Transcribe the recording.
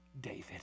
David